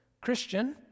christian